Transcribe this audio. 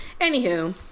Anywho